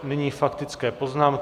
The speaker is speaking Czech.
Nyní faktické poznámky.